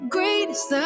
Greatest